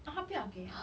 啊他不要给啊